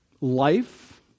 life